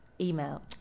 email